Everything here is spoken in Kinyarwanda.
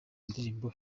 indirimbo